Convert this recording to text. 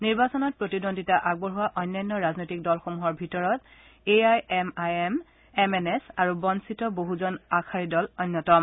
নিৰ্বাচনত প্ৰতিদ্বন্দ্বিতা আগবঢ়োৱা অন্যান্য ৰাজনৈতিক দলসমূহৰ ভিতৰত A I M I M M N S আৰু বঞ্চিত বহুজন আঘাৰী দল অন্যতম